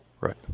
Right